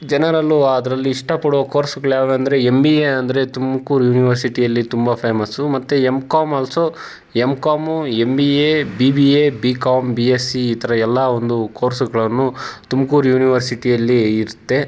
ಜನರಲ್ಲಿ ಅದರಲ್ಲಿ ಇಷ್ಟಪಡುವ ಕೋರ್ಸುಗಳು ಯಾವುವು ಅಂದರೆ ಎಮ್ ಬಿ ಎ ಅಂದರೆ ತುಮಕೂರು ಯೂನಿವರ್ಸಿಟಿಯಲ್ಲಿ ತುಂಬ ಫೇಮಸ್ಸು ಮತ್ತು M com also M com M B A B B A B com B S C ಈ ಥರ ಎಲ್ಲ ಒಂದು ಕೋರ್ಸುಗಳನ್ನು ತುಮಕೂರು ಯೂನಿವರ್ಸಿಟಿಯಲ್ಲಿ ಇರುತ್ತೆ